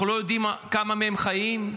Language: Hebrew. אנחנו לא יודעים כמה מהם חיים,